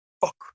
Fuck